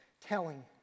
telling